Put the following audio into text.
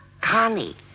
Connie